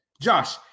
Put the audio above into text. Josh